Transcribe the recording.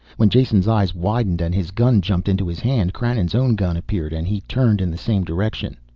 when jason's eyes widened and his gun jumped into his hand, krannon's own gun appeared and he turned in the same direction.